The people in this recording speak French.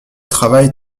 travail